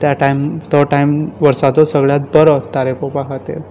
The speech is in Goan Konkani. त्या टायम तो टायम वोर्साचो सगळ्यात बोरो तारे पोवपा खातीर